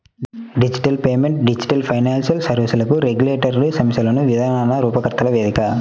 digital payment digital financial సర్వీస్లకు regulatory సమస్యలను విధాన రూపకర్తల వేదిక